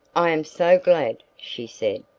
i am so glad! she said,